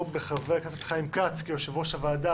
בחבר הכנסת חיים כץ כיושב-ראש הוועדה.